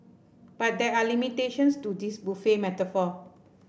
but there are limitations to this buffet metaphor